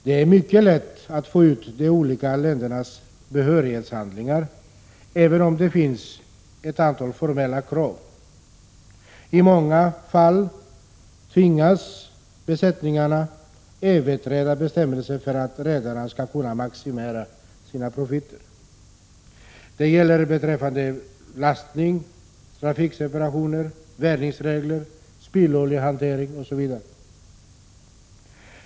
Det är mycket lätt att få ut de olika ländernas behörighetshandlingar, även om det finns ett antal formella krav. I många fall tvingas besättningarna överträda bestämmelser för att redarna skall kunna maximera sina profiter. Det gäller beträffande lastning, trafikseparationer, väjningsregler, spilloljehantering Osv.